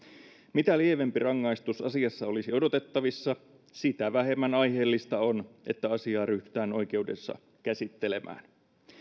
mitä lievempi rangaistus asiassa olisi odotettavissa sitä vähemmän aiheellista on että asiaa ryhdytään oikeudessa käsittelemään